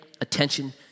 attention